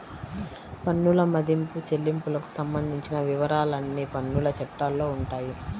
పన్నుల మదింపు, చెల్లింపులకు సంబంధించిన వివరాలన్నీ పన్నుల చట్టాల్లో ఉంటాయి